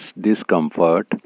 discomfort